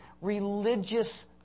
religious